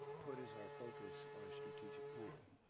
put as our focus our strategic plan.